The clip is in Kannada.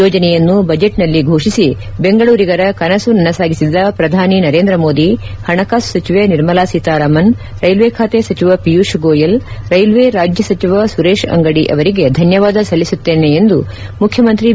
ಯೋಜನೆಯನ್ನು ಬಜೆಟ್ನಲ್ಲಿ ಫೋಷಿಸಿ ಬೆಂಗಳೂರಿಗರ ಕನಸು ನನಸಾಗಿಸಿದ ಪ್ರಧಾನಿ ನರೇಂದ್ರ ಮೋದಿ ಹಣಕಾಸು ಸಚಿವೆ ನಿರ್ಮಲಾ ಸೀತಾರಾಮನ್ ರೈಲ್ವೆ ಖಾತೆ ಸಚಿವ ಪಿಯೂಷ್ ಗೋಯಲ್ ರೈಲ್ವೆ ರಾಜ್ಯ ಸಚಿವ ಸುರೇಶ್ ಅಂಗದಿ ಅವರಿಗೆ ಧನ್ಯವಾದ ಸಲ್ಲಿಸುತ್ತೇನೆ ಎಂದು ಮುಖ್ಯಮಂತ್ರಿ ಬಿ